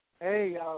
Hey